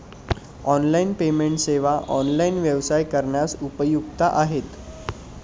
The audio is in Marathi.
ऑनलाइन पेमेंट सेवा ऑनलाइन व्यवसाय करण्यास उपयुक्त आहेत